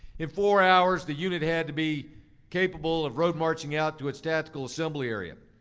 in four hours, the unit had to be capable of road marching out to its tactical assembly area.